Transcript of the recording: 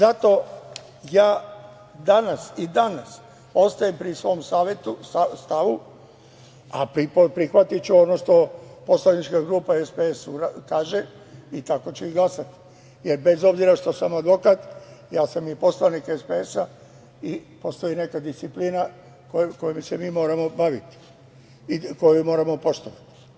Zato ja i danas ostajem pri svom stavu, a prihvatiću ono što Poslanička grupa SPS kaže i tako ću i glasati, jer bez obzira što sam advokat, ja sam i poslanik SPS i postoji neka disciplina kojom se mi moramo baviti i koju moramo poštovati.